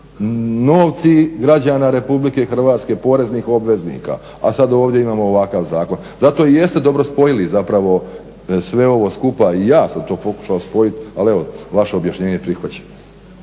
novci građana RH, poreznih obveznika, a sad ovdje imamo ovakav zakon. Zato i jeste dobro spojili zapravo sve ovo skupa, i ja sam to pokušao spojiti, ali evo, vaše objašnjenje je prihvaćeno.